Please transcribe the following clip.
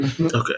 Okay